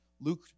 Luke